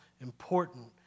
important